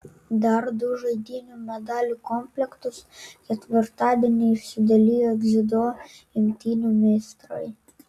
dar du žaidynių medalių komplektus ketvirtadienį išsidalijo dziudo imtynių meistrai